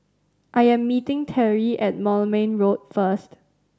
I am meeting Terry at Moulmein Road first